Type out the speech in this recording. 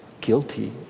guilty